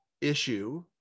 issue